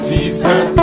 Jesus